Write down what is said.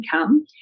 income